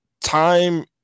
time